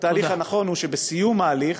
והתהליך הנכון הוא שבסיום ההליך,